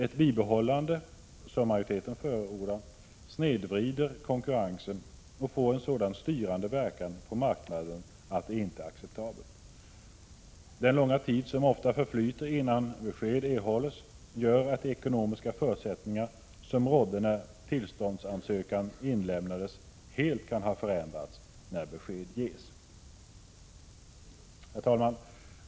Ett bibehållande, som majoriteten förordar, snedvrider konkurrensen och får en sådan styrande verkan på marknaden att det inte är acceptabelt. Den långa tid som ofta förflyter innan besked erhålls gör att de ekonomiska förutsättningar som rådde när tillståndsansökan inlämnades helt kan ha förändrats när besked ges. Herr talman!